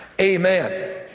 Amen